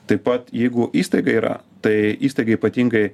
taip pat jeigu įstaiga yra tai įstaiga ypatingai